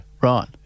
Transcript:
Right